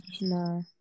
no